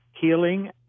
healing